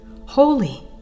holy